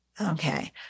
Okay